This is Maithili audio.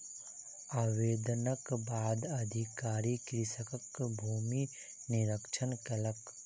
आवेदनक बाद अधिकारी कृषकक भूमि निरिक्षण कयलक